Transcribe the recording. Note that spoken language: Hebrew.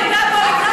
הגיע הזמן,